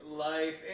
Life